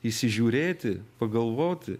įsižiūrėti pagalvoti